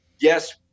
Yes